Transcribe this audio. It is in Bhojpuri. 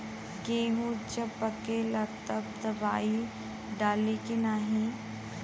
गेहूँ जब पकेला तब दवाई डाली की नाही?